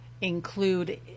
include